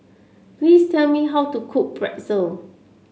please tell me how to cook Pretzel